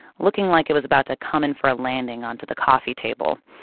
looking like it was about to come in for a landing onto the coffee table.